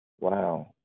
Wow